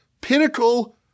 pinnacle